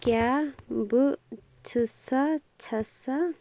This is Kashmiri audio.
کیٛاہ بہٕ چھُ سا چھےٚ سا